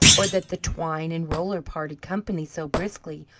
or that the twine and roller parted company so briskly,